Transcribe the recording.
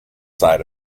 side